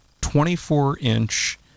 24-inch